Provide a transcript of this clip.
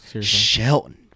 Shelton